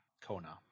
Kona